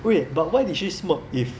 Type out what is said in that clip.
wait but why did she smirk if